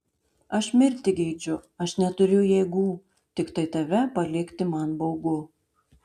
aš mirti geidžiu aš neturiu jėgų tiktai tave palikti man baugu